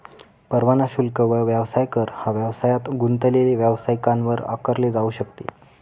परवाना शुल्क व व्यवसाय कर हा व्यवसायात गुंतलेले व्यावसायिकांवर आकारले जाऊ शकते